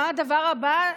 מה הדבר הבא?